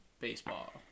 baseball